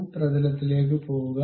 മുൻ പ്രതലത്തിലേക്ക് പോകുക